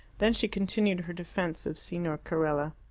then she continued her defence of signor carella.